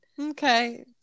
okay